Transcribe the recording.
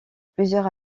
plusieurs